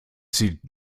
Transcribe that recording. sieht